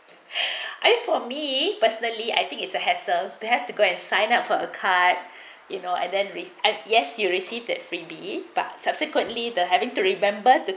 I for me personally I think it's a hassle to have to go and sign up for a card you know and then with at yes you received that freebie but subsequently the having to remember to